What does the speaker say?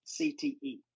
CTE